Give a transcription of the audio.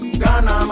Ghana